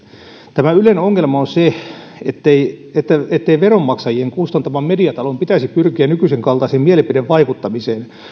tämä ylen ongelma on se ettei veronmaksajien kustantaman mediatalon pitäisi pyrkiä nykyisen kaltaiseen mielipidevaikuttamiseen